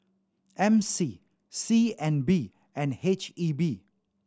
M C C N B and H E B